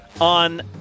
on